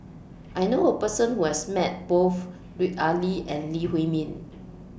I knew A Person Who has Met Both Lut Ali and Lee Huei Min